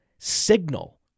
Signal